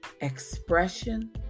expression